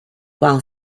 while